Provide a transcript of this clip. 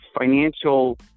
financial